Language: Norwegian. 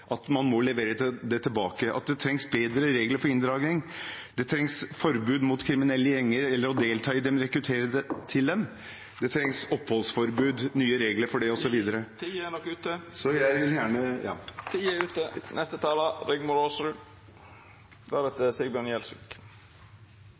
man levere det tilbake. Det trengs bedre regler for inndragning, det trengs forbud mot å delta i eller rekruttere til kriminelle gjenger, det trengs nye regler for oppholdsforbud osv. Så langt jeg har klart å følge debatten, har temaet arbeidslivskriminalitet ikke vært særlig debattert her i dag. Jeg